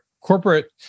corporate